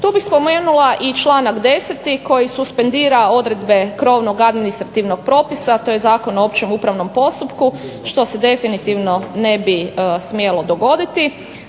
Tu bih spomenula i članak 10. koji suspendira odredbe krovnog administrativnog propisa. To je Zakon o općem upravnom postupku, što se definitivno ne bi smjelo dogoditi.